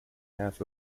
half